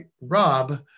Rob